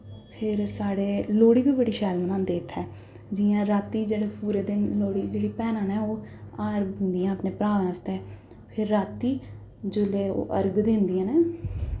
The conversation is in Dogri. फिर साढ़ै लोह्ड़ी बी बड़ी शैल बनांदे साढ़ै इत्थै जि'यां रातीं पूरा दिन जेह्ड़ी भैनां न ओह् हार बनांदियां अपने भ्राह् आस्तै फिर रातीं जिसलै अर्ग दिंदियां न